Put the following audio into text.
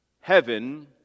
Heaven